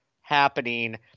happening